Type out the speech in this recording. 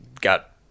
got